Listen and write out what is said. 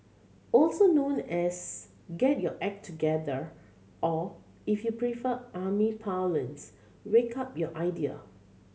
also known as get your act together or if you prefer army parlance wake up your idea